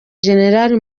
generali